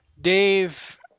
Dave